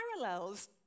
parallels